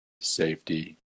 Safety